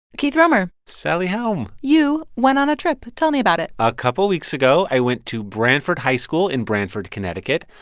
keith romer sally helm you went on a trip. tell me about it a couple weeks ago, i went to branford high school in branford, conn, and